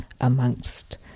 amongst